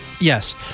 Yes